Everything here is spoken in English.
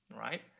right